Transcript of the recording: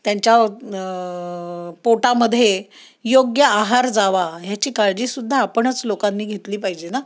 त्यांच्या पोटामध्ये योग्य आहार जावा ह्याची काळजीसुद्धा आपणच लोकांनी घेतली पाहिजे ना